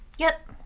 yep.